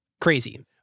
Crazy